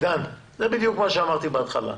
עידן, זה בדיוק מה שאמרתי בהתחלה.